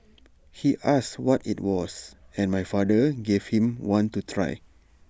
he asked what IT was and my father gave him one to try